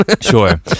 Sure